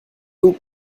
vous